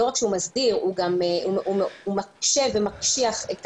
לא רק שהוא מסדיר אלא שהוא מקשה ומקשיח את